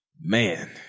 Man